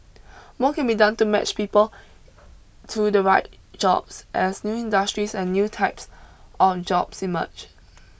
more can be done to match people to the right jobs as new industries and new types of jobs emerge